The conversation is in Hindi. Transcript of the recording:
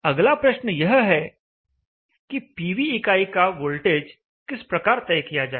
अगला प्रश्न यह है कि पीवी इकाई का वोल्टेज किस प्रकार तय किया जाए